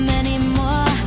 anymore